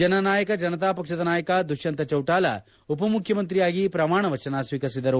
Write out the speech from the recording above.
ಜನನಾಯಕ ಜನತಾಪಕ್ಷದ ನಾಯಕ ದುತ್ತಂತ ಚೌಟಾಲ ಉಪಮುಖ್ಯಮಂತ್ರಿಯಾಗಿ ಪ್ರಮಾಣವಚನ ಸ್ವೀಕರಿಸಿದರು